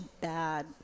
bad